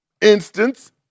instance